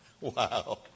Wow